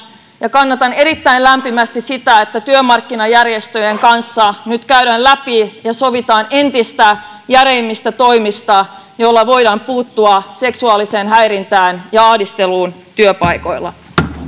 ja kannatan erittäin lämpimästi sitä että työmarkkinajärjestöjen kanssa nyt käydään läpi ja sovitaan entistä järeämmistä toimista joilla voidaan puuttua seksuaaliseen häirintään ja ahdisteluun työpaikoilla